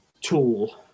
tool